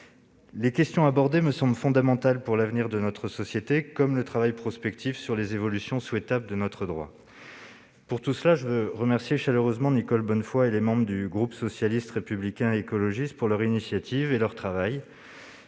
Les questions abordées me semblent fondamentales pour l'avenir de notre société, comme le travail prospectif sur les évolutions souhaitables de notre droit. Pour toutes ces raisons, je souhaite remercier chaleureusement Nicole Bonnefoy et les membres du groupe Socialiste, Écologiste et Républicain pour leur initiative et leur travail